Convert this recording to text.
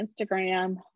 Instagram